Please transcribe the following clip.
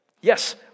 Yes